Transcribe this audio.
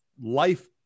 life